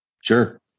Sure